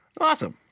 Awesome